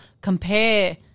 compare